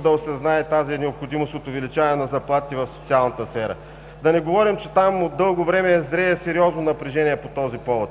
да осъзнае тази необходимост от увеличаване на заплатите в социалната сфера. Да не говорим, че там от дълго време зрее сериозно напрежение по този повод.